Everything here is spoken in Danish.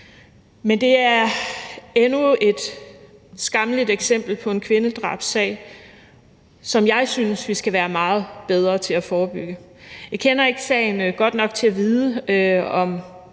Det er endnu et skammeligt eksempel på en kvindedrabssag, som jeg synes vi skal være meget bedre til at forebygge. Jeg kender ikke sagen godt nok til at vide, om